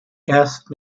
erst